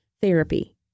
therapy